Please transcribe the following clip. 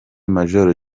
major